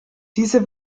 dieser